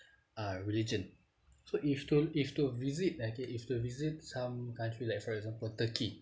uh religion so if you were to if you were to visit okay if you were to visit some country like for example turkey